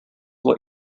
what